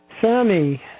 Sammy